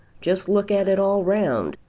just look at it all round.